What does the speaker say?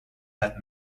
had